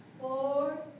four